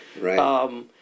Right